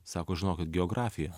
sako žinokit geografija